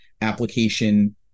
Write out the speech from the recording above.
application